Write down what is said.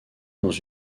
dans